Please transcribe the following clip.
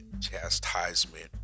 Chastisement